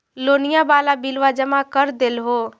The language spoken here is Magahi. लोनिया वाला बिलवा जामा कर देलहो?